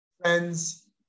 Friends